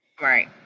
Right